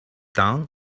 down